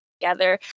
together